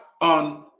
on